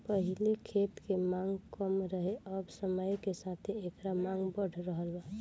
पहिले खेत के मांग कम रहे अब समय के साथे एकर मांग बढ़ रहल बा